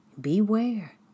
Beware